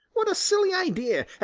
what a silly idea!